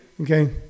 Okay